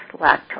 lactose